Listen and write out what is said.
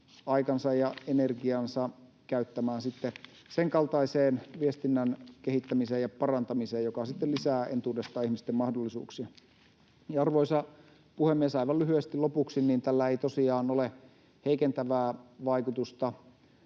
aikansa ja energiansa käyttämään senkaltaiseen viestinnän kehittämiseen ja parantamiseen, joka sitten lisää entuudestaan ihmisten mahdollisuuksia. Arvoisa puhemies! Aivan lyhyesti lopuksi: tällä ei ole heikentävää vaikutusta